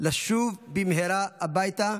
לשוב במהרה הביתה.